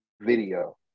video